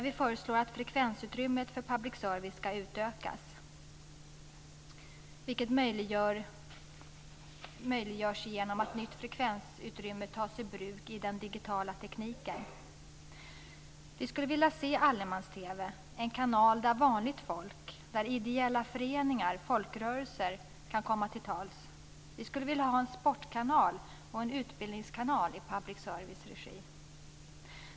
Vi föreslår att frekvensutrymmet för public service ska utökas, vilket möjliggörs genom att nytt frekvensutrymme tas i bruk i den digitala tekniken. Vi skulle vilja se allemans-TV - en kanal där vanligt folk, ideella föreningar och folkrörelser kan komma till tals. Vi skulle vilja ha en sportkanal och en utbildningskanal i public service-regi.